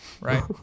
right